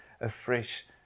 afresh